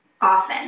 Often